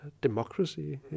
democracy